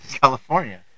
California